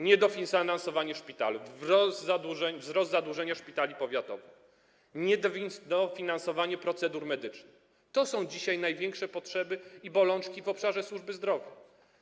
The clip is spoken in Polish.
Niedofinansowanie szpitali, wzrost zadłużenia szpitali powiatowych, niedofinansowanie procedur medycznych - to są dzisiaj największe potrzeby i bolączki w obszarze służby zdrowia.